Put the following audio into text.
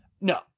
No